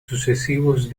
sucesivos